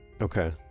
Okay